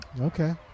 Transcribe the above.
Okay